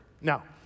Now